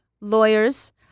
lawyers